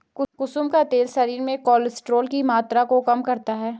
कुसुम का तेल शरीर में कोलेस्ट्रोल की मात्रा को कम करता है